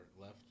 left